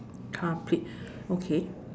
car plate okay